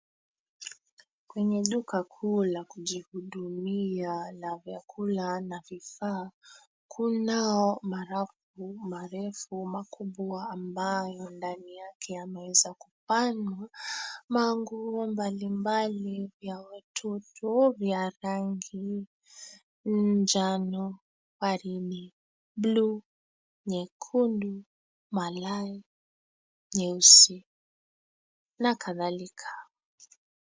Kwenye duka kuu la kujihudumia la vyakula na vifaa, kunao marafu marefu, makubwa ambayo ndani yake yameweza kupangwa manguo mbali mbali vya watoto vya rangi: njano, waridi, bluu, nyekundu, malai, nyeusi na kadhalika.